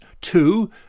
two